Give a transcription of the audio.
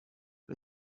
who